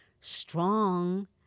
strong